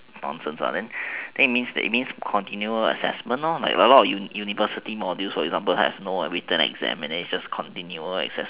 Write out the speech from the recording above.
nonsense lah then it means it means that continuous assessment like a lot of universities modules for example have no written exam then it's just continuous assessments